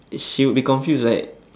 she would be confused right